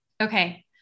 Okay